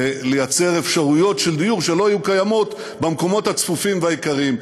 לייצר אפשרויות של דיור שלא היו קיימות במקומות הצפופים והיקרים.